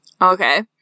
Okay